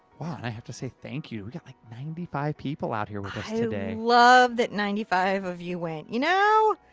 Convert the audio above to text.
wow. i have to say thank you. we have, like, ninety five people out here i love that ninety five of you went, you know!